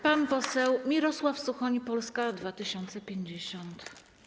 Pan poseł Mirosław Suchoń, Polska 2050.